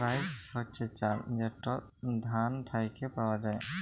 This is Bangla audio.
রাইস হছে চাল যেট ধাল থ্যাইকে পাউয়া যায়